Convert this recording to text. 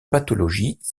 pathologies